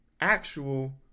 actual